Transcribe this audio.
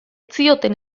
zioten